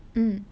mmhmm